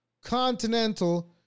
Continental